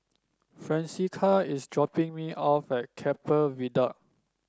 Francesca is dropping me off at Keppel Viaduct